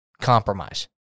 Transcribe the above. compromise